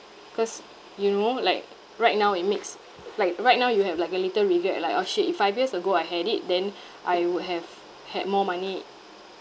cause you know like right now it makes like right now you have like a little regret like orh shit if five years ago I had it then I would have had more money